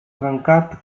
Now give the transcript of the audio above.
trencat